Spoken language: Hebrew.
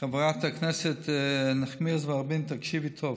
חברת הכנסת נחמיאס ורבין, תקשיבי טוב: